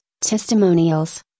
testimonials